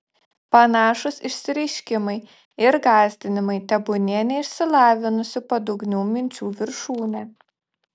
panašūs išsireiškimai ir gąsdinimai tebūnie neišsilavinusių padugnių minčių viršūnė